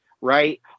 right